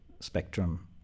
spectrum